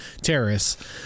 terrorists